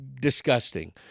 disgusting